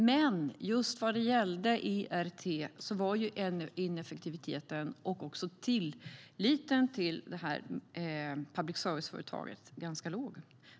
Men just vad gällde ERT var ineffektiviteten och också tilliten till detta public service-företag ganska låg.